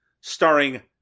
Starring